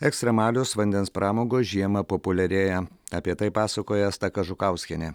ekstremalios vandens pramogos žiemą populiarėja apie tai pasakoja asta kažukauskienė